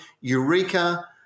eureka